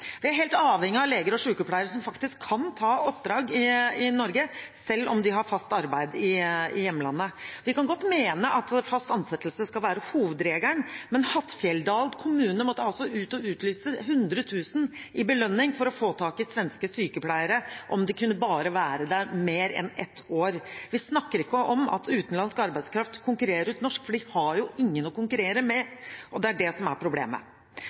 Vi er helt avhengige av leger og sykepleiere som faktisk kan ta oppdrag i Norge selv om de har fast arbeid i hjemlandet. Vi kan godt mene at fast ansettelse skal være hovedregelen, men Hattfjelldal kommune måtte utlyse 100 000 kr i belønning for å få tak i svenske sykepleiere – om de kunne være der mer enn ett år. Vi snakker ikke om at utenlandsk arbeidskraft konkurrerer ut norsk arbeidskraft, for de har jo ingen å konkurrere med. Og det er det som er problemet.